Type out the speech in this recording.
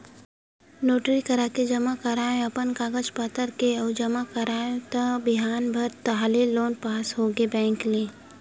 notary कराके जमा करेंव अपन कागज पतर के अउ जमा कराएव त बिहान भर ताहले लोन पास होगे बेंक ले